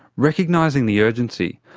recognising the urgency,